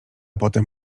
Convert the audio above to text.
potem